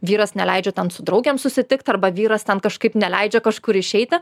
vyras neleidžia ten su draugėm susitikt arba vyras ten kažkaip neleidžia kažkur išeiti